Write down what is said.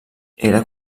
era